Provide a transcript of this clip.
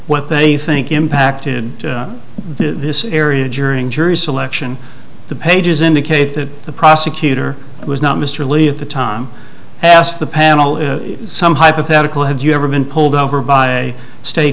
what they think impacted this area during jury selection the pages indicate that the prosecutor was not mr leave the time asked the panel in some hypothetical have you ever been pulled over by a state